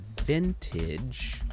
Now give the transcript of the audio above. vintage